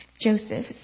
Joseph